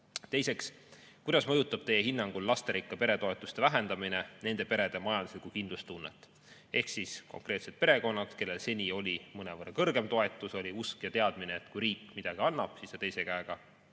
Teiseks, kuidas mõjutab teie hinnangul lasterikka pere toetuse vähendamine nende perede majanduslikku kindlustunnet ehk konkreetseid perekondi, kellel seni oli mõnevõrra kõrgem toetus, oli usk ja teadmine, et kui riik midagi annab, siis ta teise käega seda